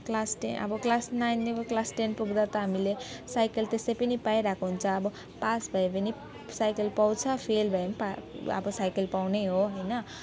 class ten अब class नाइनदेखिको class ten पुग्दा त हामीले साइकल त्यसै पनि पाइरहेको हुन्छ अब पास भए भने साइकल पाउँछ फेल भयो पनि पा अब साइकल पाउनै हो होइन